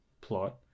plot